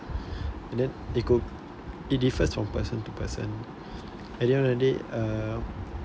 and then they go it differs from person to person at the end of the day uh